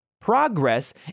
Progress